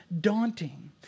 daunting